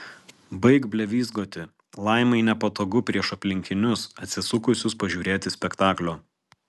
baik blevyzgoti laimai nepatogu prieš aplinkinius atsisukusius pažiūrėti spektaklio